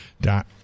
dot